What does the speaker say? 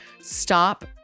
Stop